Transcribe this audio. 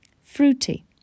Fruity